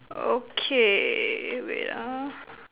okay wait ah